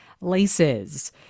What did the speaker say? laces